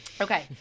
Okay